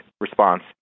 response